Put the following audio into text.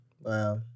Wow